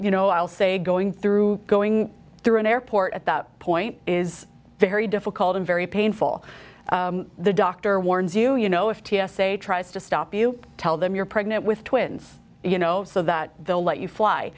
you know i'll say going through going through an airport at that point is very difficult and very painful the doctor warns you you know if t s a tries to stop you tell them you're pregnant with twins you know so that they'll let you fly